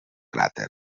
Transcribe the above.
cràter